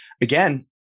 again